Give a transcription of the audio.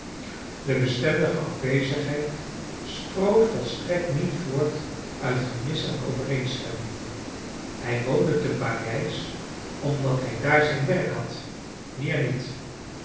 die bestendige afwezigheid sproot volstrekt niet voort uit gemis aan overeenstemming hij woonde te parijs omdat hij daar zijn werk had meer niet